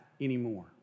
anymore